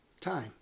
time